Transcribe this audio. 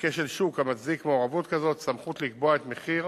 שוק המצדיק מעורבות כזאת סמכות לקבוע את מחיר